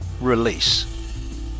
Release